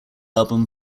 album